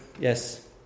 Yes